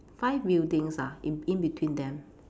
five buildings ah in in between them